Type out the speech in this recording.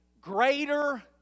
greater